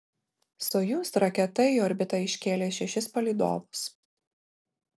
sojuz raketa į orbitą iškėlė šešis palydovus